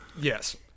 Yes